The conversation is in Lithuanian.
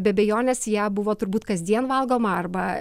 be abejonės ja buvo turbūt kasdien valgoma arba